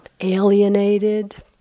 alienated